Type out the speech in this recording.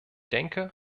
denke